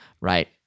right